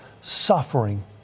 suffering